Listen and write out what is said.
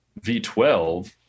V12